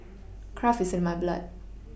craft is in my blood